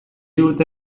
urte